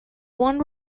one